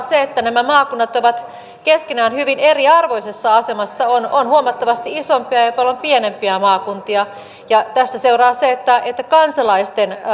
se että maakunnat ovat keskenään hyvin eriarvoisessa asemassa on on huomattavasti isompia ja paljon pienempiä maakuntia ja tästä seuraa se että että kansalaisten